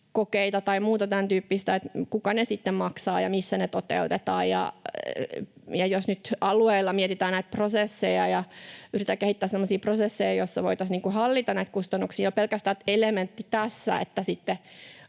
tai muuta tämäntyyppistä — ja kuka ne sitten maksaa ja missä ne toteutetaan. Jos nyt alueilla mietitään prosesseja ja yritetään kehittää semmoisia prosesseja, joissa voitaisiin hallita näitä kustannuksia, niin jo pelkästään se elementti tässä, että osa